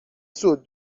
سوت